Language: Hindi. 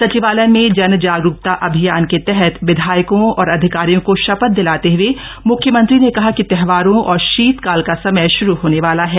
सचिवालय में जन जागरूकता अभियान के तहत विधायकों और अधिकारियों को शपथ दिलाते हए म्ख्यमंत्री ने कहा कि त्योहारों और शीतकाल का समय श्रू होने वाला है